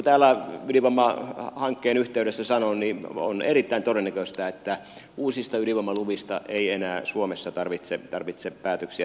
niin kuin täällä ydinvoimahankkeen yhteydessä sanoin on erittäin todennäköistä että uusista ydinvoimaluvista ei enää suomessa tarvitse päätöksiä tehdä